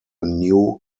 new